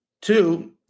Two